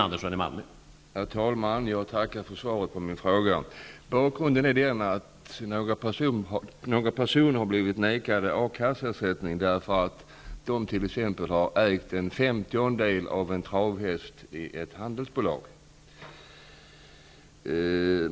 Herr talman! Jag tackar för svaret på min fråga. Bakgrunden till frågan är att några personer har blivit nekade A-kasseersättning på grund av att de har ägt en femtiondedel av en travhäst i ett handelsbolag.